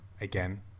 Again